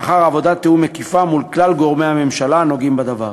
לאחר עבודת תיאום מקיפה מול כלל גורמי הממשלה הנוגעים בדבר.